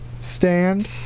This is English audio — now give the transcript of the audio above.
stand